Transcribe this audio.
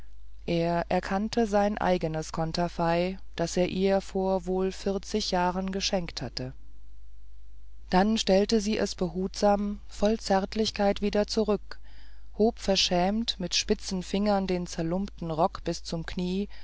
er erkannte sein eigenes konterfei das er ihr vor wohl vierzig jahren geschenkt hatte dann stellte sie es behutsam voll zärtlichkeit wieder zurück hob verschämt mit spitzen fingern den zerlumpten rock bis zum knie